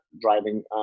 driving